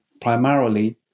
primarily